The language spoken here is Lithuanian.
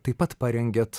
taip pat parengėt